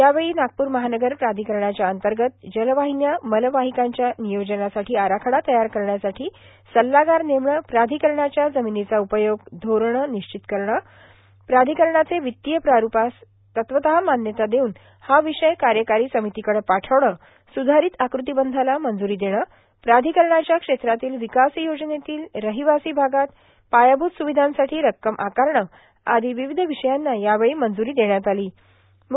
यावेळी नागपूर महानगर प्राधिकरणाच्या अंतगत जलवाहहन्या मलवाहकाच्या र्गनयोजनासाठां आराखडा तयार करण्यासाठां सल्लागार नेमणे प्रार्धकरणाच्या जमीनचा उपयोग धोरण ानश्चित करणे प्राधिकरणाचे ांवत्तीय प्रारुपास तत्वतः मान्यता देऊन हा विषय कायकारां र्सामतीकडे पार्ठावणे सुधारत आकृतीबंधास मंजुरां देणे प्राधिकरणाच्या क्षेत्रातील र्विकास योजनेतील र्राहवासी भागात पायाभूत सर्गावधांसाठी रक्कम आकारणे आदो र्वावध र्वषयांना यावेळी मंज्रों देण्यात आलों